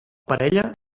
parella